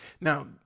Now